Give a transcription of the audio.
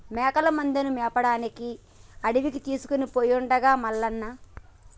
మేకల మందను మేపడానికి అడవికి తీసుకుపోయిండుగా మల్లన్న